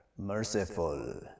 merciful